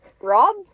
rob